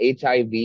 HIV